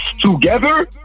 together